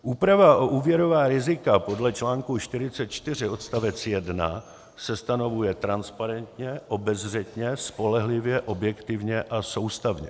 Úprava o úvěrová rizika podle článku 44 odst. 1 se stanovuje transparentně, obezřetně, spolehlivě, objektivně a soustavně.